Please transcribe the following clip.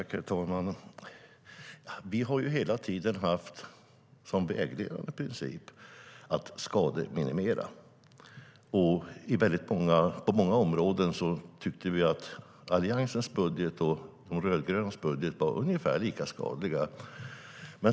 Herr talman! Vi har hela tiden haft som vägledande princip att skademinimera. På många områden tyckte vi att Alliansens budget och de rödgrönas budget var ungefär lika skadliga.